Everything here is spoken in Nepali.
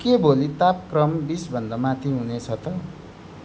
के भोलि तापक्रम बिसभन्दा माथि हुनेछ त